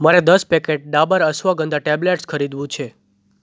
મારે દસ packet Dabur ashwagandha tablets ખરીદવું છે